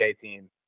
team